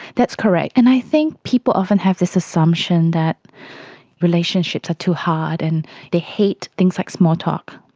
that's correct, and i think people often have this assumption that relationships are too hard and they hate things like small talk.